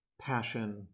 passion